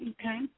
Okay